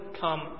come